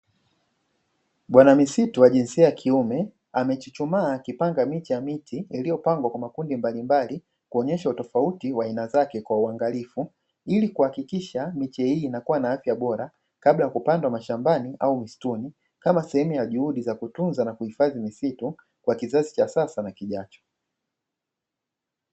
Bwana misitu wa jinsia ya kiume amechuchumaa akipanda miche ya miti ilio pangwa kwa makundi mbalimbali, kuonesha utofauti wa aina zake kwa uwangalifu ili kuhakikisha miche hii inakuwa na afya bola kabla kupandwa mashambani au misituni kama sehemu ya juhudi ya kutunza misitu kwa kizazi cha sasa na kijacho.